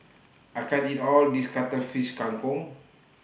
I can't eat All of This Cuttlefish Kang Kong